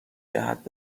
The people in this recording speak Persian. جهت